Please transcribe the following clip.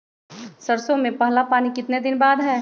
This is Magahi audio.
सरसों में पहला पानी कितने दिन बाद है?